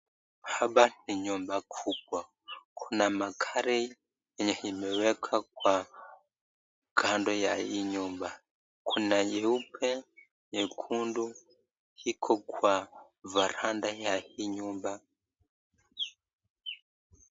Hapa ni nyumba kubwa. Kuna magari yenye imewekwa kwa kando ya hii nyumba, kuna nyeupe, nyekundu iko kwa varanda ya hii nyumba.